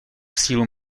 sílu